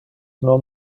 non